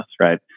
right